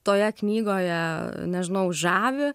toje knygoje nežinau žavi